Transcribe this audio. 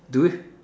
do its